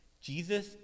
Jesus